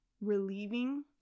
relieving